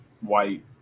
white